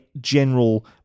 general-